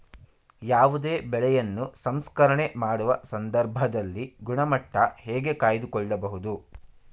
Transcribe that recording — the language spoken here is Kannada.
ಯಾವುದೇ ಬೆಳೆಯನ್ನು ಸಂಸ್ಕರಣೆ ಮಾಡುವ ಸಂದರ್ಭದಲ್ಲಿ ಗುಣಮಟ್ಟ ಹೇಗೆ ಕಾಯ್ದು ಕೊಳ್ಳಬಹುದು?